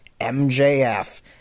MJF